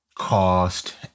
cost